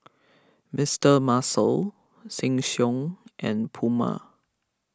Mister Muscle Sheng Siong and Puma